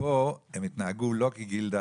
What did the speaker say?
ופה הם התנהגו לא כגילדה,